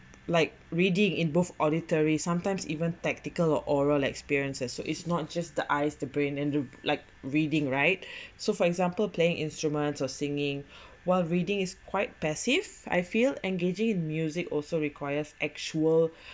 like reading in both auditory sometimes even tactical or oral experiences so it's not just the eyes the brain and the b~ like reading right so for example playing instrumental singing while reading is quite passive I feel engaging music also requires actual